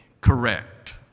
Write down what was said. correct